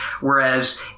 Whereas